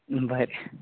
बरें